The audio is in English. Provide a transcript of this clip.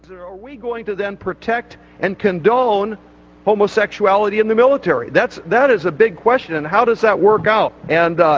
we going to them protect and condone homosexuality in the military that's that is a big question how does that work out and ah.